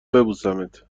ببوسمت